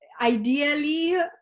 ideally